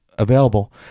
Available